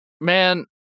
Man